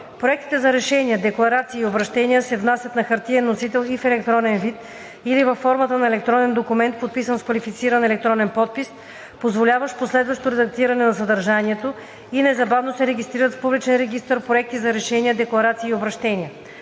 Проектите за решения, декларации и обръщения се внасят на хартиен носител и в електронен вид или във формата на електронен документ, подписан с квалифициран електронен подпис, позволяващ последващо редактиране на съдържанието, и незабавно се регистрират в публичен регистър „Проекти за решения, декларации и обръщения“.